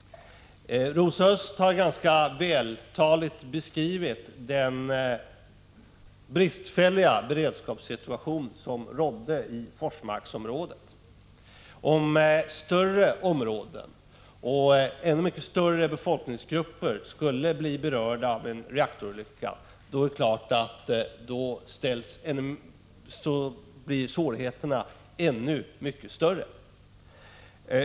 Rosa Östh har ganska vältaligt beskrivit den bristfälliga beredskapssituation som rådde i Forsmarksområdet. Om större områden och ännu mycket större befolkningsgrupper skulle bli berörda av en reaktorolycka, blir svårigheterna naturligtvis ännu mycket större.